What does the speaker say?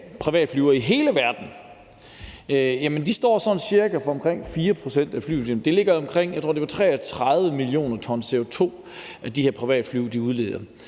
privatfly i hele verden? Jamen de står sådan cirka for omkring 4 pct. af flytrafikken, og jeg tror, det er 33 mio. t CO2, de her privatfly udleder.